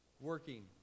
working